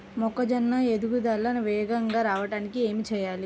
మొక్కజోన్న ఎదుగుదల వేగంగా రావడానికి ఏమి చెయ్యాలి?